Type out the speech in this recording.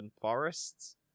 forests